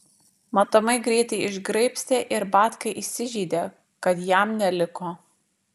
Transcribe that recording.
matomai greitai išgraibstė ir batka įsižeidė kad jam neliko